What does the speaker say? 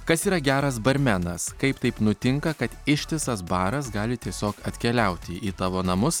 kas yra geras barmenas kaip taip nutinka kad ištisas baras gali tiesiog atkeliauti į tavo namus